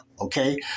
okay